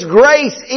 grace